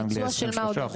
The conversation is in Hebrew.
באנגליה יש 23 אחוז ביצוע.